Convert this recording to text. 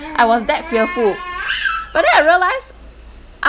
I was that fearful but then I realised